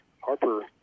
Harper